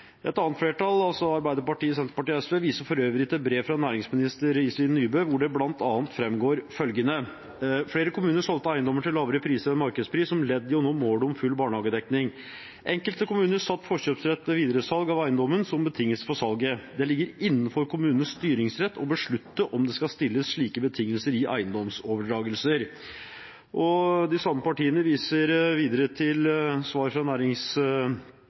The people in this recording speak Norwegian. Et annet flertall – Arbeiderpartiet, Senterpartiet og SV – viser for øvrig til brev fra næringsminister Iselin Nybø, hvor det bl.a. framgår følgende: «Flere kommuner solgte eiendommer til lavere priser enn markedspris som ledd i å nå målet om full barnehagedekning. Enkelte kommuner satt forkjøpsrett ved videresalg av eiendommen som betingelse for salget. Det ligger innenfor kommunens styringsrett å beslutte om det skal stilles slike betingelser i eiendomsoverdragelser.» De samme partiene viser videre til svar fra